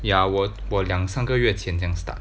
ya 我我两三个月前这样 start